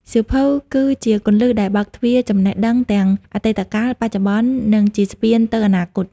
សៀវភៅគឺជាគន្លឹះដែលបើកទ្វារចំណេះដឹងទាំងអតីតកាល បច្ចុប្បន្ន និងជាស្ពានទៅអនាគត។